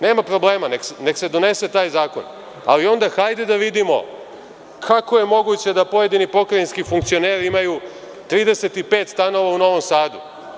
Nema problema, neka se donese taj zakon, ali onda hajde da vidimo kako je moguće da pojedini pokrajinski funkcioneri imaju 35 stanova u Novom Sadu?